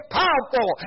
powerful